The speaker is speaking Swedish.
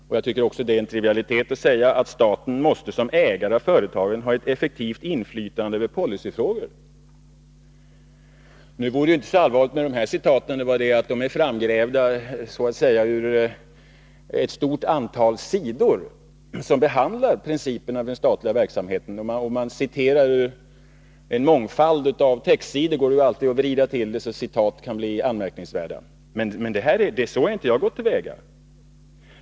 Det är också en trivialitet att säga: ”Staten måste som ägare av företag ha ett effektivt inflytande över policyfrågor ——-.” Dessa citat vore inte så allvarliga, om de var så att säga framgrävda ur ett 5 stort antal sidor som behandlar principerna för den statliga verksamheten. Om man citerar ur en mångfald textsidor går det alltid att vrida till det så att citaten kan bli anmärkningsvärda. Men så har inte jag gått till väga.